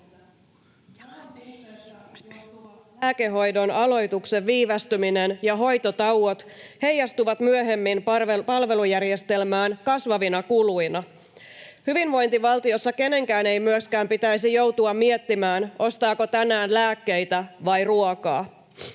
lääkehoidon aloituksen viivästyminen ja hoitotauot heijastuvat myöhemmin palvelujärjestelmään kasvavina kuluina. Hyvinvointivaltiossa kenenkään ei myöskään pitäisi joutua miettimään, ostaako tänään lääkkeitä vai ruokaa.